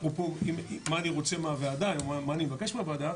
אפרופו מה אני מבקש מהוועדה,